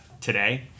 today